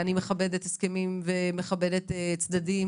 אני מכבדת הסכמים ומכבדת את כל הצדדים.